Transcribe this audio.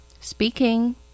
Speaking